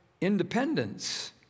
independence